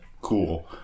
Cool